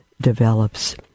develops